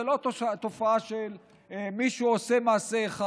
זה מישהו שעושה מעשה אחד,